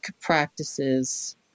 practices